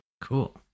Cool